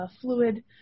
fluid